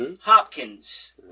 Hopkins